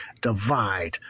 divide